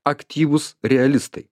aktyvūs realistai